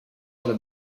other